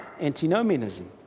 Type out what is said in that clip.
Antinomianism